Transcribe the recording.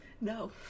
no